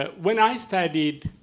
ah when i started